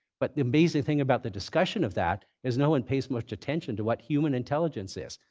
but the amazing thing about the discussion of that is no one pays much attention to what human intelligence is.